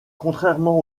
contrairement